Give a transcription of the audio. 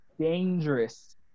dangerous